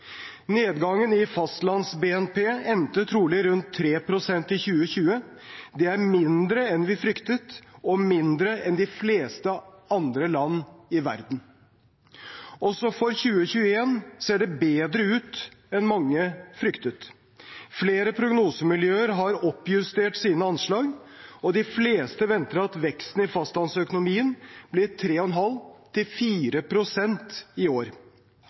Nedgangen i fastlands-BNP endte trolig rundt 3 pst. i 2020. Det er mindre enn vi fryktet, og mindre enn i de fleste andre land i verden. Også for 2021 ser det bedre ut enn mange fryktet. Flere prognosemiljøer har oppjustert sine anslag, og de fleste venter at veksten i fastlandsøkonomien blir på 3,5-4 pst. i år.